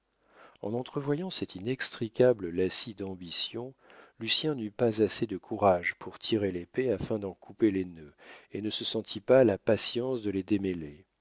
en entrevoyant cet inextricable lacis d'ambitions lucien n'eut pas assez de courage pour tirer l'épée afin d'en couper les nœuds et ne se sentit pas la patience de les démêler